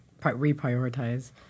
reprioritize